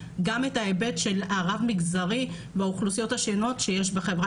גם את ההיבט של הרב מגזרי באוכלוסיות השונות שיש בחברה